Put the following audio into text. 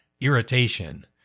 irritation